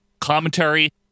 commentary